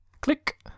Click